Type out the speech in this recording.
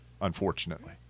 unfortunately